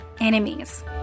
enemies